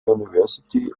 university